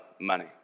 money